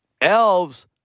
elves